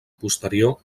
posterior